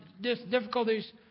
difficulties